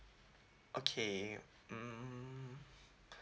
okay mm